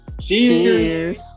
Cheers